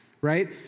right